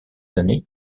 années